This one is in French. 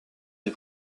des